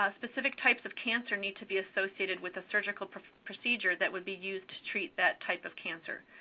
ah specific types of cancer need to be associated with the surgical procedure that would be used to treat that type of cancer.